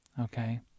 okay